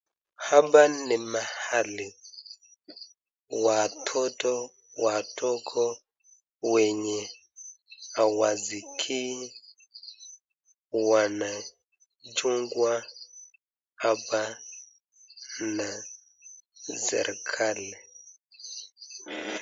Hapa ni mahali watoto wadogo wenye hawasikii wanajungwa hapa na serikali.